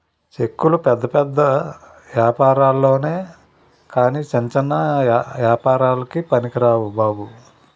చెక్కులు పెద్ద పెద్ద ఏపారాల్లొనె కాని చిన్న చిన్న ఏపారాలకి పనికిరావు బాబు